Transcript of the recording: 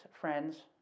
friends